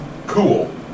cool